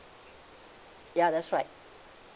ya that's right